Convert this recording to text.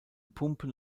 pumpen